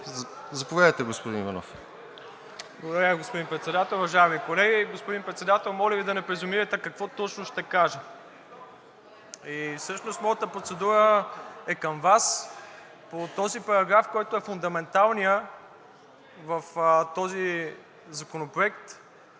Промяната): Благодаря Ви, господин Председател. Уважаеми колеги, господин Председател, моля Ви да не презумирате какво точно ще кажа. Всъщност моята процедура е към Вас. По този параграф, който е фундаменталният в този законопроект,